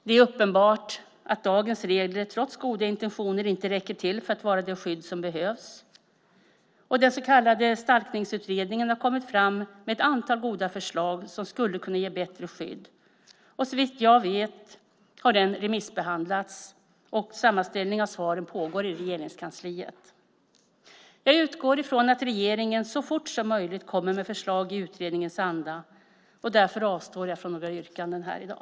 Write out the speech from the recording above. Det är uppenbart att dagens regler, trots goda intentioner, inte räcker till för att vara det skydd som behövs. Den så kallade Stalkningsutredningen har kommit fram med ett antal goda förslag som skulle kunna ge bättre skydd. Såvitt jag vet har den remissbehandlats, och sammanställning av svaren pågår i Regeringskansliet. Jag utgår från att regeringen så fort som möjligt kommer med förslag i utredningens anda, och därför avstår jag från att framställa några yrkanden i dag.